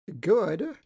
good